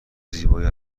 زیبایی